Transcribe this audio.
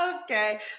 okay